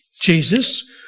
Jesus